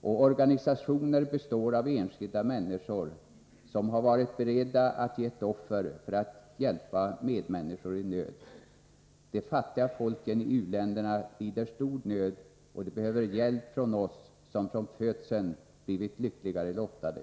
Och organisationer består av enskilda människor som har varit beredda att ge ett offer för att hjälpa medmänniskor i nöd. De fattiga folken i u-länderna lider stor nöd, och de behöver hjälp från oss som från födseln blivit lyckligare lottade.